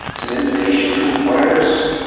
it's an invitation to awareness,